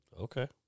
Okay